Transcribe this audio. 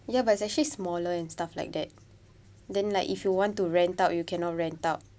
ya but it's actually smaller and stuff like that then like if you want to rent out you cannot rent out